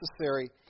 necessary